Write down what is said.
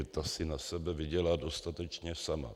Ta si na sebe vydělá dostatečně sama.